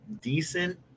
decent